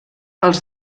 els